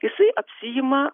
jisai apsiima